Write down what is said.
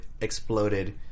exploded